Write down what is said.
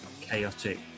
chaotic